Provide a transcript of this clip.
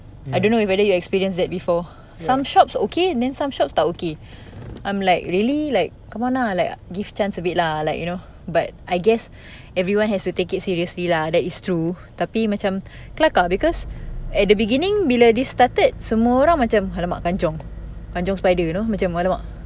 ya